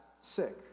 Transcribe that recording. sick